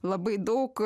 labai daug